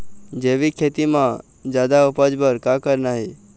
जैविक खेती म जादा उपज बर का करना ये?